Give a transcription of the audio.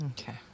Okay